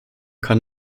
kann